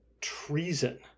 treason